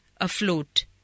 afloat